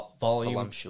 volume